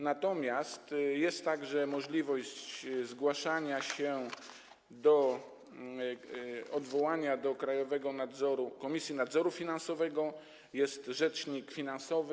Natomiast jest także możliwość zgłaszania się, odwołania do krajowego nadzoru, Komisji Nadzoru Finansowego, jak też jest rzecznik finansowy.